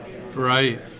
right